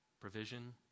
provision